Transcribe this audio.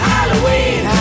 Halloween